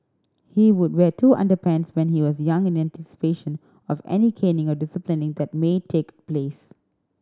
he would wear two underpants when he was young in anticipation of any caning or disciplining that may take place